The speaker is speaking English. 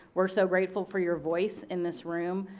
we're so grateful for your voice in this room.